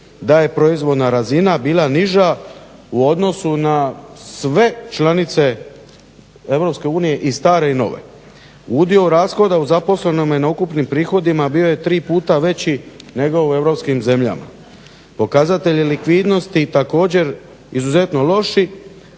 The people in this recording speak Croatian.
da je proizvodna razina bila niža u odnosu na sve članice EU i stare i nove. Udio rashoda u zaposlenom i na ukupnim prihodima bio je 3 puta veći nego u europskim zemljama, pokazatelj likvidnosti također izuzetno loši,